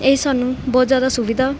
ਇਹ ਸਾਨੂੰ ਬਹੁਤ ਜ਼ਿਆਦਾ ਸੁਵਿਧਾ